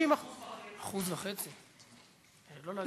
1.5% לא.